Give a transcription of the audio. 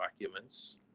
documents